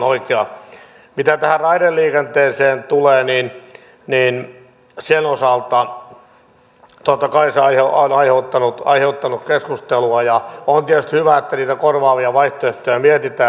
mitä tähän raideliikenteeseen tulee niin totta kai se on aiheuttanut keskustelua ja on tietysti hyvä että niitä korvaavia vaihtoehtoja mietitään